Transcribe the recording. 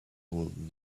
would